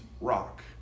rock